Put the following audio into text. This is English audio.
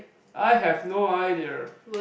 I have no idea